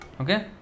Okay